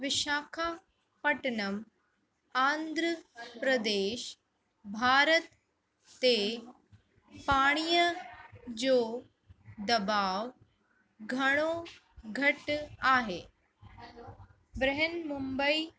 विशाखापट्टनम आंध्रा प्रदेश भारत ते पाणीअ जो दॿाउ घणो घटि आहे बृहन मुंबई